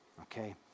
okay